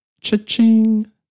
Ching